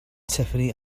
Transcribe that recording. tiffany